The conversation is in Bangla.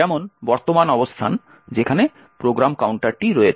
যেমন বর্তমান অবস্থান যেখানে প্রোগ্রাম কাউন্টারটি রয়েছে